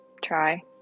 try